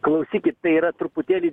klausykit tai yra truputėlį